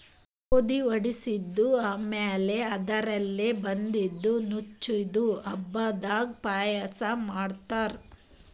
ಗೋಧಿ ವಡಿಸಿದ್ ಮ್ಯಾಲ್ ಅದರ್ಲೆ ಬಂದಿದ್ದ ನುಚ್ಚಿಂದು ಹಬ್ಬದಾಗ್ ಪಾಯಸ ಮಾಡ್ತಾರ್